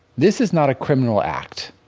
this is not a criminal act.